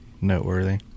noteworthy